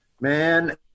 man